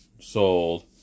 sold